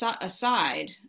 aside